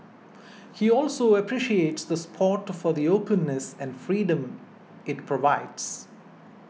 he also appreciates the spot for the openness and freedom it provides